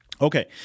Okay